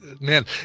man